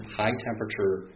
high-temperature